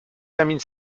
termine